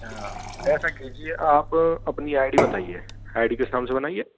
अच्छा ऐसा कीजिए आप अपनी आईडी बताइए आईडी किस नाम से बनाई है